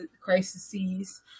crises